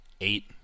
eight